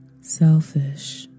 selfish